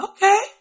Okay